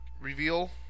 reveal